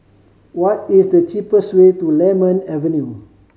what is the cheapest way to Lemon Avenue